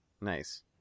Nice